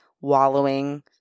wallowing